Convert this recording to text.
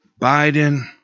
Biden